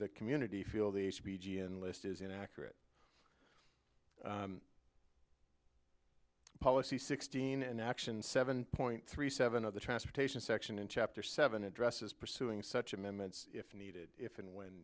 the community feel the b g and list is inaccurate policy sixteen and action seven point three seven of the transportation section in chapter seven addresses pursuing such amendments if needed if and when